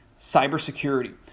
Cybersecurity